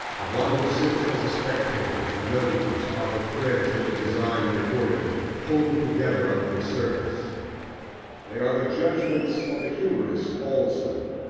of one who sits as a spectator, and knows how the threads in the design before him hold together under the surface they are the judgments of the humourist also,